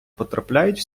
потрапляють